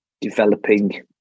developing